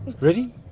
Ready